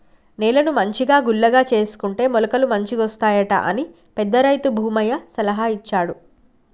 నేలను మంచిగా గుల్లగా చేసుకుంటే మొలకలు మంచిగొస్తాయట అని పెద్ద రైతు భూమయ్య సలహా ఇచ్చిండు